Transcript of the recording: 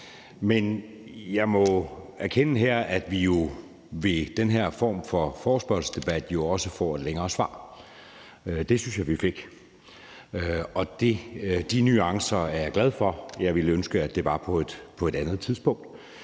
her også erkende, at vi ved den her form for forespørgselsdebatter får nogle længere svar. Det synes jeg vi fik, og de nuancer er jeg glad for. Jeg ville dog ønske, at det var på et andet tidspunkt.